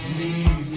need